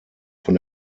von